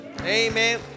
amen